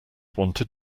wanted